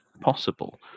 possible